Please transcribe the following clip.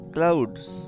Clouds